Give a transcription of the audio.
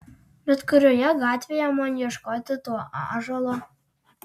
bet kurioje gatvėje man ieškoti to ąžuolo